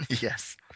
Yes